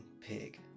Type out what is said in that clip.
Pig